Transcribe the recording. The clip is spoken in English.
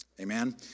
Amen